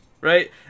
right